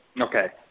Okay